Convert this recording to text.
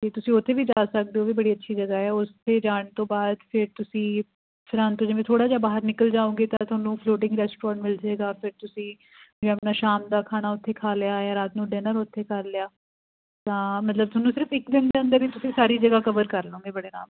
ਅਤੇ ਤੁਸੀਂ ਉੱਥੇ ਵੀ ਜਾ ਸਕਦੇ ਹੋ ਉਹ ਵੀ ਬੜੀ ਅੱਛੀ ਜਗ੍ਹਾ ਹੈ ਉਸ ਉੱਥੇ ਜਾਣ ਤੋਂ ਬਾਅਦ ਫਿਰ ਤੁਸੀਂ ਸਰਹਿੰਦ ਤੋਂ ਜਿਵੇਂ ਥੋੜ੍ਹਾ ਜਿਹਾ ਬਾਹਰ ਨਿਕਲ ਜਾਓਂਗੇ ਤਾਂ ਤੁਹਾਨੂੰ ਫਲੋਟਿੰਗ ਰੈਸਟੋਰੈਂਟ ਮਿਲ ਜਾਏਗਾ ਫਿਰ ਤੁਸੀਂ ਵੀ ਆਪਣਾ ਸ਼ਾਮ ਦਾ ਖਾਣਾ ਉੱਥੇ ਖਾ ਲਿਆ ਜਾਂ ਰਾਤ ਨੂੰ ਡਿਨਰ ਉੱਥੇ ਕਰ ਲਿਆ ਤਾਂ ਮਤਲਬ ਤੁਹਾਨੂੰ ਸਿਰਫ ਇੱਕ ਦਿਨ ਦੇ ਅੰਦਰ ਹੀ ਤੁਸੀਂ ਸਾਰੀ ਜਗ੍ਹਾ ਕਵਰ ਕਰ ਲਓਂਗੇ ਬੜੇ ਆਰਾਮ ਨਾਲ